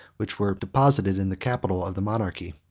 which were deposited in the capital of the monarchy.